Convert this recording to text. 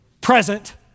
Present